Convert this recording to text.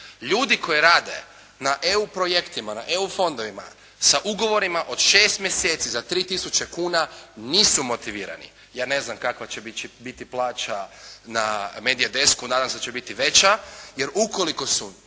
Ljudi koji rade na EU projektima, na EU fondovima, sa ugovorima od 6 mjeseci za 3 tisuće kuna nisu motivirani. Ja ne znam kakva će biti plaća na media desku, nadam se da će biti veća, jer ukoliko su